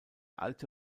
alte